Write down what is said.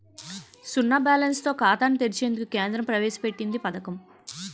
సున్నా బ్యాలెన్స్ తో ఖాతాను తెరిచేందుకు కేంద్రం ప్రవేశ పెట్టింది పథకం